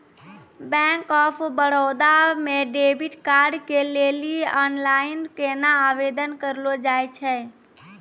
Bank of Baroda मे debit card के लेली आनलाइन केना आवेदन करलो जाय छै?